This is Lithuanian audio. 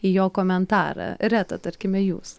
į jo komentarą reta tarkime jūs